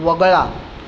वगळा